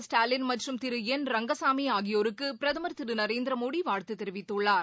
ஸ்டாலின் மற்றும் முதலமைச்சராக திரு திரு என் ரங்கசாமி ஆகியோருக்கு பிரதமர் திரு நரேந்திரமோடி வாழ்த்து தெரிவித்துள்ளார்